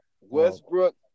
Westbrook